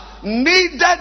needed